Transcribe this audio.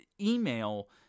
email